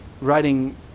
writing